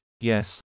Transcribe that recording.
yes